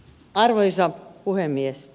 arvoisa puhemies